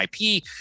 IP